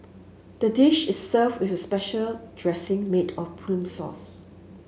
the dish is served with a special dressing made of plum sauce